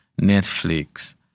Netflix